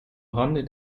rande